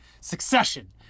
Succession